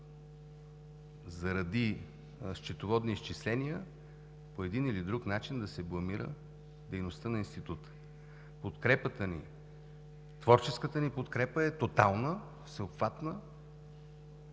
заради счетоводни изчисления по един или друг начин да се бламира дейността на института. Подкрепата ни – творческата ни подкрепа, е тотална и всеобхватна.